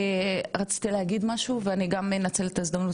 רצית להגיד משהו ואני גם אנצל את ההזדמנות